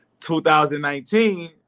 2019